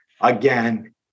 again